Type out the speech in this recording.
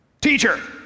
teacher